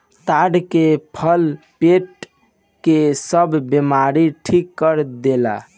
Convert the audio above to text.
ताड़ के फल पेट के सब बेमारी ठीक कर देला